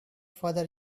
father